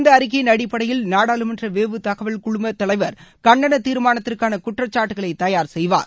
இந்த அறிக்கையின் அடிப்படையில் நாடாளுமன்ற வேவு தகவல் குழுத் தலைவர் பதவிநீக்க தீர்மானத்திற்கான குற்றச்சாட்டுகளை தயார் செய்வார்